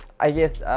i guess,